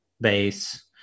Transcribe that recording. base